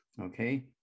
Okay